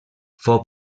fou